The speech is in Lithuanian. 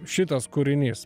šitas kūrinys